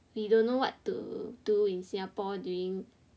we don't know what to do in Singapore during